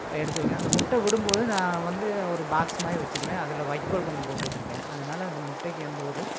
எடுத்து வைக்கணும் அந்த முட்டை விடும் போது நான் வந்து ஒரு பாக்ஸ் மாதிரி வச்சுருவேன் அதில் வைக்கோல் கொஞ்சம் போட்டு வச்சிருக்கேன் அதனால அந்த முட்டைக்கு எந்த ஒரு